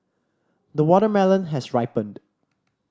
the watermelon has ripened